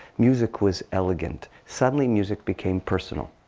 music was elegant. suddenly, music became personal.